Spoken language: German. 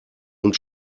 und